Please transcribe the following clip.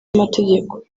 y’amategeko